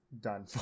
done